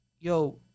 yo